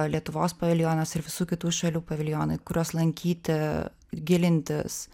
lietuvos paviljonas ir visų kitų šalių paviljonai kuriuos lankyti ir gilintis